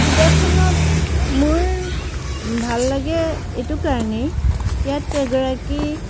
কিতাপখনত মোৰ ভাল লাগে এইটো কাৰণেই ইয়াত এগৰাকী